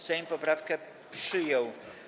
Sejm poprawkę przyjął.